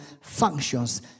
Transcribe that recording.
functions